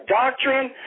doctrine